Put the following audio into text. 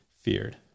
feared